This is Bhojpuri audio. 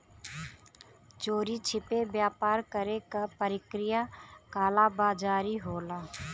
चोरी छिपे व्यापार करे क प्रक्रिया कालाबाज़ारी होला